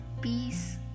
peace